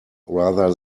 rather